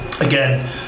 Again